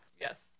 yes